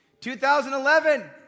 2011